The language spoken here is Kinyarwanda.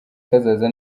kazaza